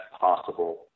possible